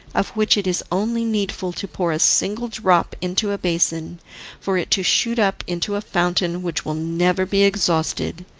of which it is only needful to pour a single drop into a basin for it to shoot up into a fountain, which will never be exhausted,